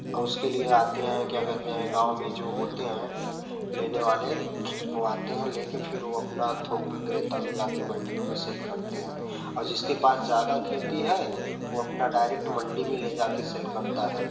उसके लिए आते हैं क्या कहते हैं गाँव में जो होते हैं लेने वाले वो आते हैं लेके फिर वो अपना थोक विक्रेता में जाके मंडियों में सेल करते हैं और जिसके पास ज़्यादा खेती है वो अपना डायरेक्ट मंडी में ले जाके सेल करता है